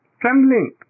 trembling